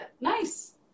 nice